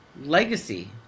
legacy